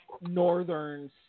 Northern